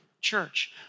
church